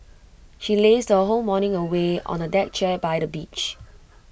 she lazed her whole morning away on A deck chair by the beach